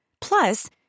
Plus